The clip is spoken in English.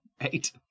Eight